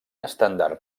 estendard